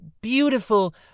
beautiful